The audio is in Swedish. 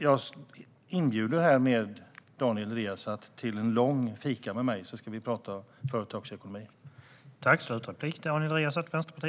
Jag inbjuder härmed Daniel Riazat till en lång fika med mig, så ska vi prata företagsekonomi.